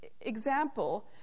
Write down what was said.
example